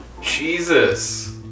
Jesus